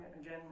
again